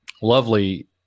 lovely